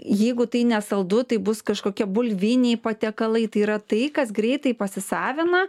jeigu tai nesaldu tai bus kažkokie bulviniai patiekalai tai yra tai kas greitai pasisavina